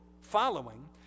following